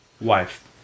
wife